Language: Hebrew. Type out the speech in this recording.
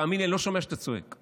תאמין לי, אני לא שומע כשאתה צועק.